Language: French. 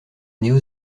néo